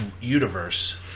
universe